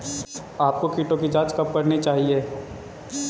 आपको कीटों की जांच कब करनी चाहिए?